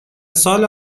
سال